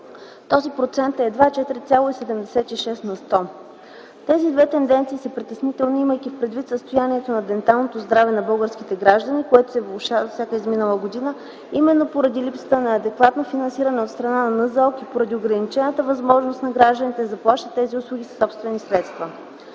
този процент е едва 4.76 на сто. Тези две тенденции са притеснителни, имайки предвид състоянието на денталното здраве на българските граждани, което се влошава с всяка изминала година, именно поради липсата на адекватно финансиране от страна на НЗОК и поради ограничената възможност на гражданите да заплащат тези услуги със собствени средства.